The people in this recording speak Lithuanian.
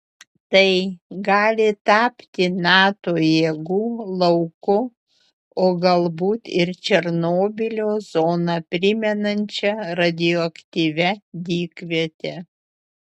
tai gali tapti nato jėgų lauku o galbūt ir černobylio zoną primenančia radioaktyvia dykviete